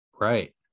right